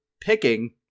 picking